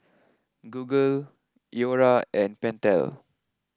Google Iora and Pentel